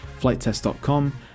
FlightTest.com